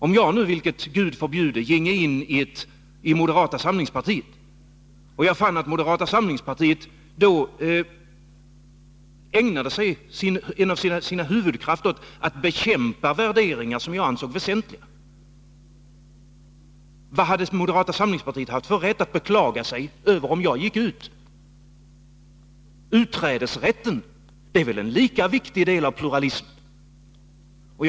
Om jag nu, vilket Gud förbjude, ginge in i moderata samlingspartiet, och jag fann att moderata samlingspartiet ägnade sin huvudkraft åt att bekämpa värderingar som jag ansåg väsentliga, vad hade moderata samlingspartiet haft för rätt att beklaga sig om jag gick ur? Utträdesrätten är en lika viktig del av pluralismen som något annat.